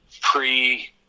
pre